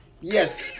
Yes